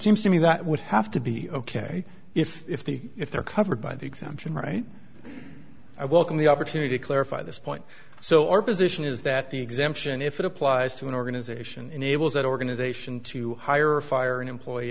seems to me that would have to be ok if if the if they're covered by the exemption right i welcome the opportunity to clarify this point so our position is that the exemption if it applies to an organization enables that organization to hire or fire an employee